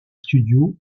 studio